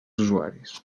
usuaris